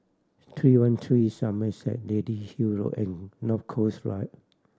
Three One Three Somerset Lady Hill Road and North Coast Drive